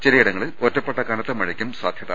ചിലയി ടങ്ങളിൽ ഒറ്റപ്പെട്ട കനത്ത മഴയ്ക്കും സാധ്യത